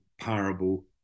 parable